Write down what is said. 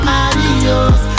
adios